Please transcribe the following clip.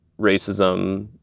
racism